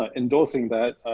ah endorsing that,